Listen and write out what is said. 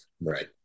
Right